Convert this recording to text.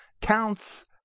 counts